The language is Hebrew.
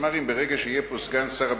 הפצמ"רים ברגע שיהיה פה סגן שר הביטחון,